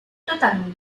totalement